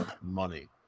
money